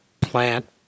plant